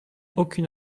aucune